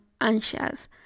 anxious